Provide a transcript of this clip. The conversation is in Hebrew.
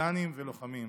פרטיזנים ולוחמים.